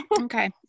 Okay